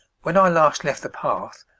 when i last left the path,